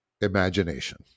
imagination